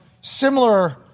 similar